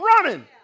running